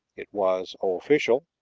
it was official,